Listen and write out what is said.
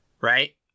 right